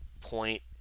point